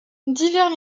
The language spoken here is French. divers